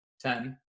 ten